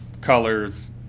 colors